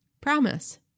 Promise